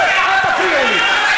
שב, אל תפריע לי.